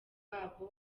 wabo